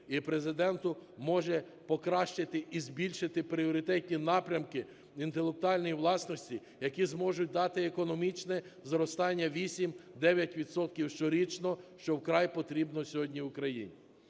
і Президента може покращити і збільшити пріоритетні напрямки інтелектуальної власності, які зможуть дати економічне зростання 8-9 відсотків щорічно, що вкрай потрібно сьогодні Україні.